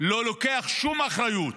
לא לוקח שום אחריות.